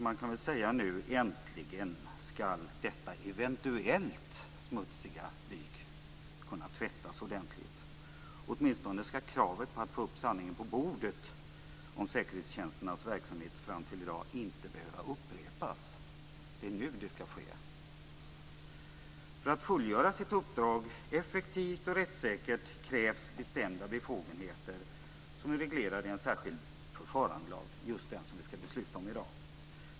Man kan väl säga att nu äntligen ska denna eventuellt smutsiga byk kunna tvättas ordentligt. Åtminstone ska kravet på att få upp sanningen på bordet om säkerhetstjänsternas verksamhet fram till i dag inte behöva upprepas. Det är nu det ska ske. För att fullgöra sitt uppdrag effektivt och rättssäkert krävs bestämda befogenheter som är reglerade i en särskild förfarandelag, just den som vi ska besluta om i dag.